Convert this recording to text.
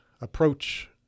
approach